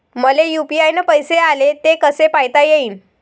मले यू.पी.आय न पैसे आले, ते कसे पायता येईन?